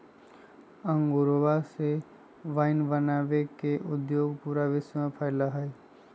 अंगूरवा से वाइन बनावे के उद्योग पूरा विश्व में फैल्ल हई